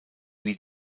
wie